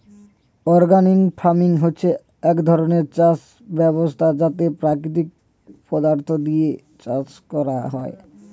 organic farming হচ্ছে এক ধরণের চাষ ব্যবস্থা যাতে প্রাকৃতিক পদার্থ দিয়ে চাষ করা হয়